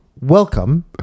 Welcome